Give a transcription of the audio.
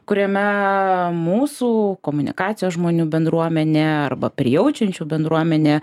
kuriame mūsų komunikacijos žmonių bendruomenė arba prijaučiančių bendruomenė